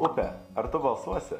upe ar tu balsuosi